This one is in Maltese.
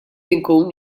inkun